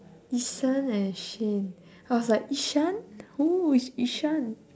yee-shan and shane I was like ishan who is ishan